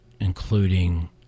including